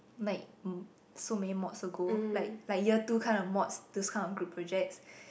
like m~ so many mods ago like like year two kind of mods these kind of group projects